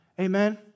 Amen